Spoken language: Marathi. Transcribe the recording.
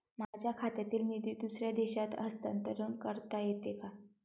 माझ्या खात्यातील निधी दुसऱ्या देशात हस्तांतर करता येते का?